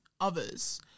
others